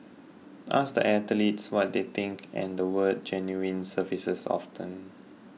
ask the athletes what they think and the word genuine surfaces often